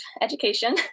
education